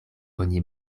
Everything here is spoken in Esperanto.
oni